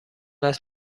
است